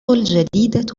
الجديدة